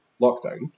lockdown